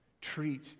treat